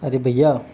अरे भईया